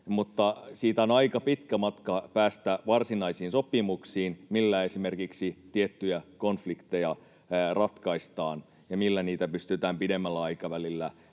siitä on aika pitkä matka päästä varsinaisiin sopimuksiin, millä esimerkiksi tiettyjä konflikteja ratkaistaan ja millä niitä pystytään pidemmällä aikavälillä